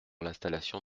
l’installation